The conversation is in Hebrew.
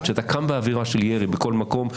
כשאתה קם בבוקר ויש אווירה של ירי בכל מקום,